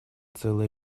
целый